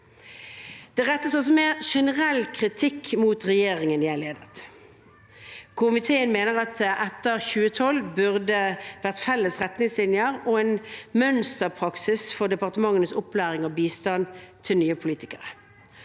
Det rettes også mer generell kritikk mot regjeringen jeg ledet. Komiteen mener at det etter 2012 burde vært felles retningslinjer og en mønsterpraksis for departementenes opplæring og bistand til nye politikere.